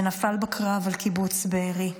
שנפל בקרב על קיבוץ בארי.